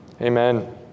amen